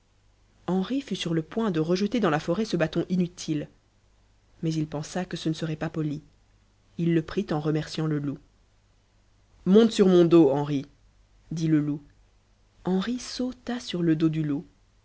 henri fut sur la point de rejeter dans la forêt ce bâton inutile mais il pensa que ce ne serait pas poli il le prit en remerciant le loup monte sur mon dos henri dit le loup henri sauta sur le dos du loup